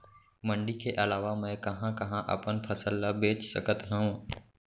मण्डी के अलावा मैं कहाँ कहाँ अपन फसल ला बेच सकत हँव?